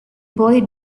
boy